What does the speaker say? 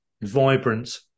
vibrant